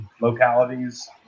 localities